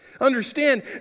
Understand